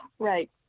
right